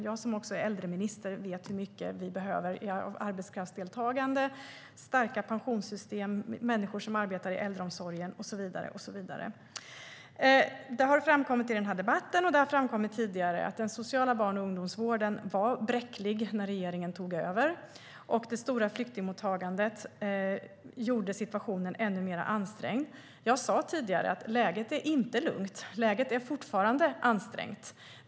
Jag som också är äldreminister vet hur mycket vi behöver av arbetskraftsdeltagande, starka pensionssystem, människor som arbetar i äldreomsorgen och så vidare. Det har framkommit både här i debatten och tidigare att den sociala barn och ungdomsvården var bräcklig när regeringen tog över och att det stora flyktingmottagandet gjorde situationen ännu mer ansträngd. Jag sa tidigare att läget inte är lugnt. Läget är fortfarande ansträngt.